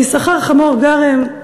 ויששכר "חמור גרם",